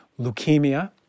leukemia